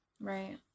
Right